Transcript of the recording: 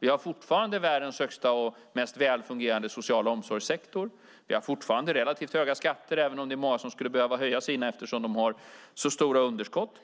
Vi har fortfarande världens största och mest välfungerande sociala omsorgssektor. Vi har fortfarande relativt höga skatter, även om det är många som skulle behöva höja sina eftersom de har så stora underskott.